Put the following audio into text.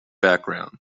background